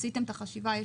עשיתם את החשיבה.